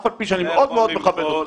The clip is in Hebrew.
העני לא היה מקבל.